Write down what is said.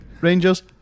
Rangers